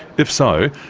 if so,